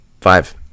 five